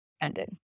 ended